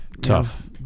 Tough